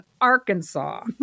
arkansas